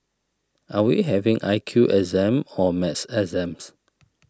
are we having I Q exam or maths exams